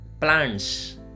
plants